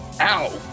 ow